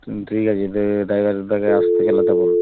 হুম ঠিক আছে ডা ড্রাইভারদাকে আসতে চালাতে বলো